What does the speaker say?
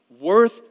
worth